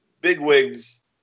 bigwigs